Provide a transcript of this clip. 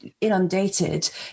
inundated